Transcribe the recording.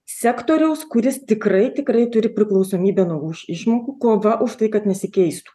sektoriaus kuris tikrai tikrai turi priklausomybę nuo už išmokų kol dra už tai kad nesikeistų